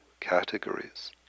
categories